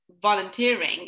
volunteering